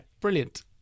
brilliant